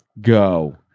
Go